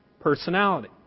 personality